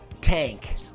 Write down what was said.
tank